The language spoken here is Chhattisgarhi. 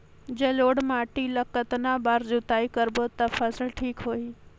जलोढ़ माटी ला कतना बार जुताई करबो ता फसल ठीक होती?